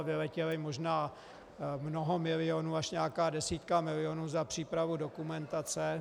Vyletělo možná mnoho milionů, až nějaká desítka milionů za přípravu dokumentace...